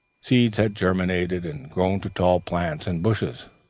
seeds had germinated and grown to tall plants and bushes.